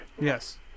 Yes